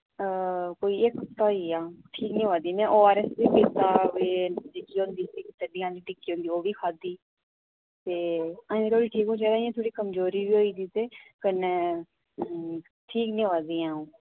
कोई इक हफ्ता होई गेआ ठीक निं होआ दी में ओ आर एस बी पीता जेह्की होंदी टट्टिएं आह्ली टिक्की होंदी ओह् बी खाद्दी ते अजें धोड़ी ठीक होने चाहिदा इ'यां थोह्ड़ी कमजोरी बी होई दी ते कन्नै ठीक निं होआ दी अ'ऊं